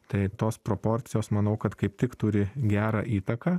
tai tos proporcijos manau kad kaip tik turi gerą įtaką